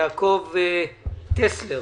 יעקב טסלר